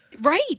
Right